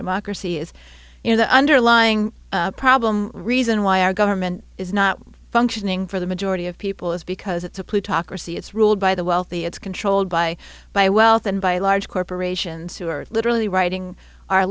democracy is you know the underlying problem reason why our government is not functioning for the majority of people is because it's a plea talk or see it's ruled by the wealthy it's controlled by by wealth and by large corporations who are literally writing our